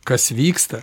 kas vyksta